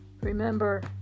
remember